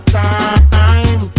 time